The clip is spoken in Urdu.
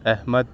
احمد